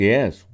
Yes